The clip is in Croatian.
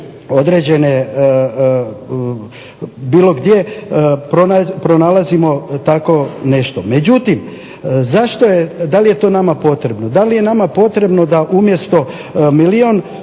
određene bilo gdje pronalazimo tako nešto. Međutim, zašto je, da li je to nama potrebno, da li je nama potrebno da umjesto milijun